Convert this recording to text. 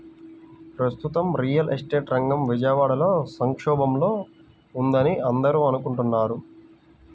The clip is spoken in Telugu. ప్రస్తుతం రియల్ ఎస్టేట్ రంగం విజయవాడలో సంక్షోభంలో ఉందని అందరూ అనుకుంటున్నారు